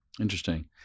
Interesting